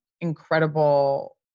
incredible